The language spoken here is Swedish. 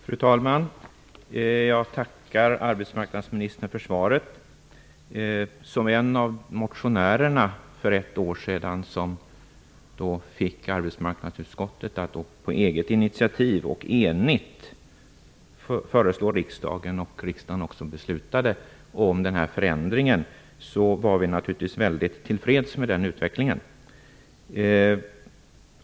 Fru talman! Jag tackar arbetsmarknadsministern för svaret. Jag är en av de motionärer som för ett år sedan fick arbetsmarknadsutskottet att på eget initiativ och enigt föreslå riksdagen denna förändring, som riksdagen också beslutade. Vi var naturligtvis väldigt till freds med den utvecklingen.